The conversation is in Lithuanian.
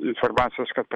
informacijos kad